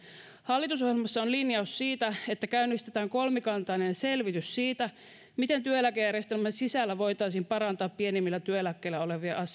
hallitusohjelmassa on linjaus siitä että käynnistetään kolmikantainen selvitys siitä miten työeläkejärjestelmän sisällä voitaisiin parantaa pienimmillä työeläkkeillä olevien